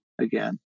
again